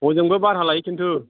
हजोंबो भारा लायो खिन्थु